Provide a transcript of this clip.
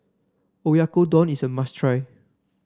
Oyakodon is a must try